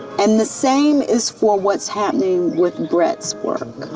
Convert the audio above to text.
and the same is for what is happening with brett's work.